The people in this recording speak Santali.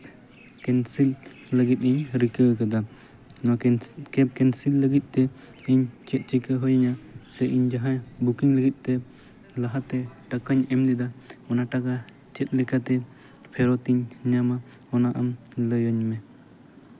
ᱠᱮᱱᱥᱮᱞ ᱞᱟᱹᱜᱤᱫ ᱤᱧ ᱨᱤᱠᱟᱹᱣ ᱠᱟᱫᱟ ᱱᱚᱣᱟ ᱠᱮᱵᱽ ᱠᱮᱱᱥᱮᱞ ᱞᱟᱹᱜᱤᱫ ᱛᱮ ᱤᱧ ᱪᱮᱫ ᱪᱤᱠᱟᱹ ᱦᱩᱭᱤᱧᱟᱹ ᱥᱮ ᱤᱧ ᱡᱟᱦᱟᱸ ᱵᱩᱠᱤᱝ ᱞᱟᱹᱜᱤᱫ ᱛᱮ ᱞᱟᱦᱟᱛᱮ ᱴᱟᱠᱟᱧ ᱮᱢ ᱞᱮᱫᱟ ᱚᱱᱟ ᱴᱟᱠᱟ ᱪᱮᱫ ᱞᱮᱠᱟᱛᱮ ᱯᱷᱮᱨᱚᱛᱤᱧ ᱧᱟᱢᱟ ᱚᱱᱟ ᱟᱢ ᱞᱟᱹᱭᱟᱹᱧ ᱢᱮ